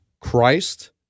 Christ